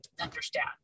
understand